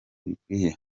bikwiye